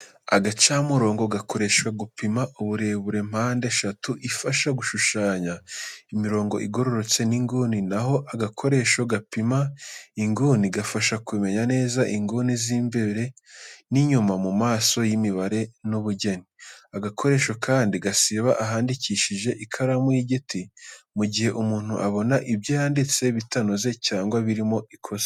Agacamurongo gakoreshwa gupima uburebure, mpande eshatu ifasha gushushanya imirongo igororotse n’inguni, na ho agakoresho gapima inguni gafasha kumenya neza inguni z’imbere n’inyuma mu masomo y’imibare n’ubugeni. Agakoresho kandi gasiba ahandikishije ikaramu y'igiti mu gihe umuntu abona ibyo yanditse bitanoze cyangwa birimo ikosa.